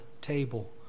table